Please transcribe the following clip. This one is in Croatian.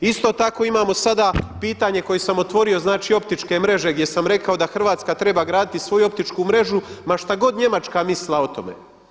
Isto tako imamo sada pitanje koje sam otvorio, znači optičke mreže gdje sam rekao da Hrvatska treba graditi svoju optičku mrežu ma što god Njemačka mislila o tome.